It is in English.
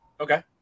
Okay